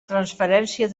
transferència